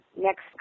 next